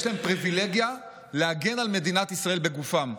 יש להם פריבילגיה להגן על מדינת ישראל בגופם,